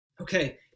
okay